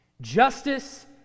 Justice